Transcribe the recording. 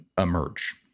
emerge